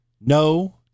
No